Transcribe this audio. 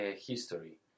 history